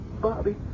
Bobby